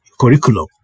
curriculum